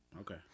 Okay